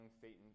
Satan